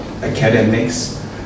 academics